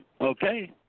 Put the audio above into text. Okay